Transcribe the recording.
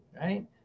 right